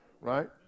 right